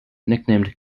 nicknamed